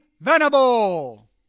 Venable